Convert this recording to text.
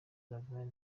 buravan